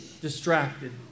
distracted